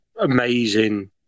amazing